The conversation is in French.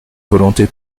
volonté